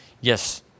Yes